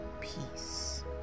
peace